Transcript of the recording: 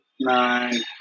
nine